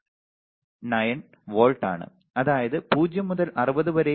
9 volt ആണ് അതായത് 0 മുതൽ 60 വരെ 0